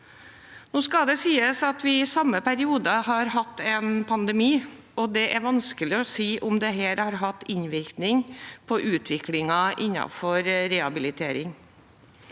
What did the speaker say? Nå skal det sies at vi i samme periode har hatt en pandemi, og det er vanskelig å si om dette har hatt innvirkning på utviklingen innenfor rehabilitering.